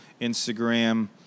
Instagram